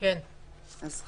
הגשת